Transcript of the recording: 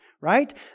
right